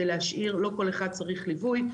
לא כל אחד צריך ליווי.